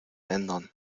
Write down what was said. ändern